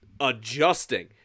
Adjusting